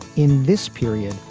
in this period,